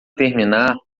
terminar